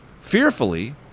fearfully